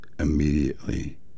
Immediately